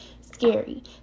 scary